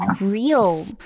real